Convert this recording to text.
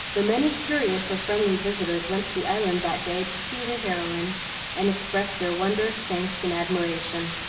though many curious or friendly visitors went to the island that day to see the heroine and express their wonder, thanks, and admiration.